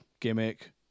gimmick